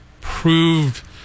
proved